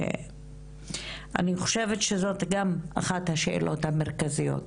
ואני חושבת שזאת גם אחת השאלות המרכזיות,